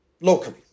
locally